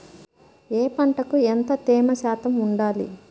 ఏ పంటకు ఎంత తేమ శాతం ఉండాలి?